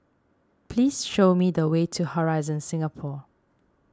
please show me the way to Horizon Singapore